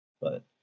but-